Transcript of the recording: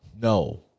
No